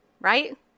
right